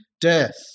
death